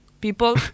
People